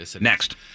Next